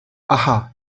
aha